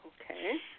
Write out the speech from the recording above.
Okay